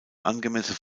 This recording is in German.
angemessene